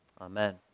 Amen